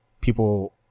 people